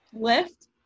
Lift